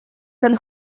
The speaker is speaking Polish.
ten